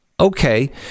Okay